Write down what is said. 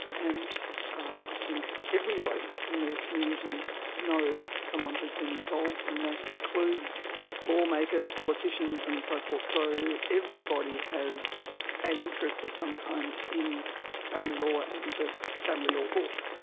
and i think everybody in the community knows someone who has been involved, and that includes lawmakers, politicians and so forth. so everybody has an interest of some kind in family law and the family law courts.